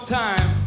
time